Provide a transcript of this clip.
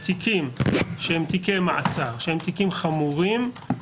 תיקים שהם תיקי מעצר שהם תיקים חמורים,